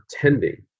pretending